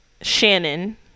Shannon